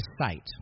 sight